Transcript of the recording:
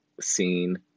scene